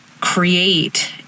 create